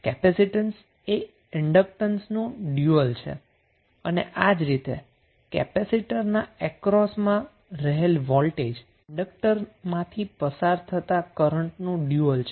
capacitance એ ઇન્ડક્ટન્સનું dual છે અને આજ રીતે કેપેસિટર ના અક્રોસમાંં રહેલ વોલ્ટેજ એ ઈન્ડક્ટન્સમાંથી પસાર થતા કરન્ટ નું ડયુઅલ છે